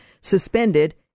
suspended